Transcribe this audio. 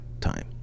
time